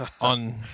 on